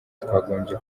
twagombye